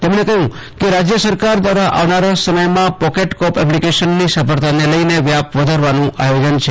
તે મણે કહ્યું કે રાજ્ય સરકાર દ્વારા આવનાર સમયમાં પોકેટ કોપ એપ્લિકેશનની સફળતાને લઇને વ્યાપ વધારવાનું આયોજન છે